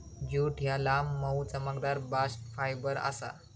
jute ह्या लांब, मऊ, चमकदार बास्ट फायबर आसा